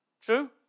True